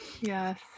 Yes